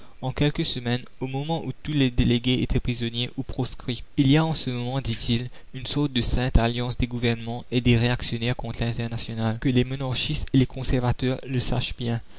en quelques semaines au moment où tous les délégués étaient prisonniers ou proscrits la commune il y a en ce moment dit-il une sorte de sainte alliance des gouvernements et des réactionnaires contre l'internationale que les monarchistes et les conservateurs le sachent bien